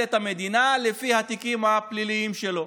את המדינה לפי התיקים הפליליים שלו.